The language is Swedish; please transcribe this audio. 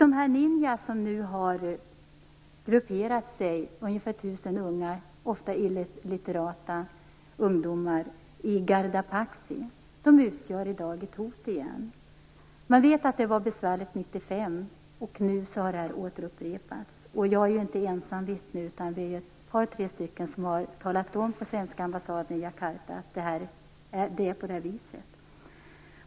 De ungefär 1 000 ungdomar som har grupperat sig, ofta illitterata ungdomar, i Garda Paksi utgör i dag ett hot igen. Man vet att det var besvärligt 1995, och det har nu återupprepats. Jag är inte ensamt vittne, utan vi är ett par tre stycken som på svenska ambassaden i Jakarta har talat om att det är på det här viset.